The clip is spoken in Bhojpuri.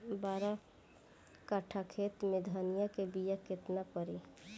बारह कट्ठाखेत में धनिया के बीया केतना परी?